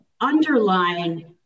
underline